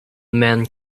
man